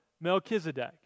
Melchizedek